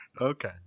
Okay